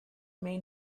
may